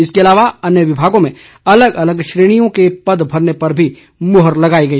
इसके अलावा अन्य विभागों में अलग अलग श्रेणियों के पद भरने पर भी मुहर लगाई गई